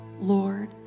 Lord